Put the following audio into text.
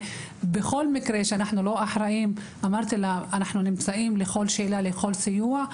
בכל מקרה גם אם אנחנו לא אחראים אנחנו נמצאים לכל שאלה ולכל סיוע.